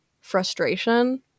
frustration